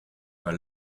pas